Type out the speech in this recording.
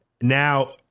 Now